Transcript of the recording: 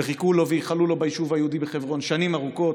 וחיכו לו וייחלו לו ביישוב היהודי בחברון שנים ארוכות,